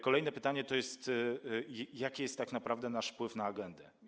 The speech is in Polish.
Kolejne pytanie: Jaki jest tak naprawdę nasz wpływ na agendę?